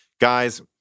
Guys